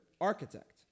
architect